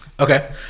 Okay